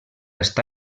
està